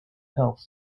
health